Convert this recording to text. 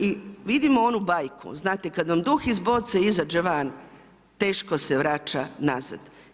I vidimo onu bajku, znate kad vam duh iz boce izađe van teško se vraća nazad.